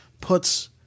puts